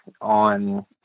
on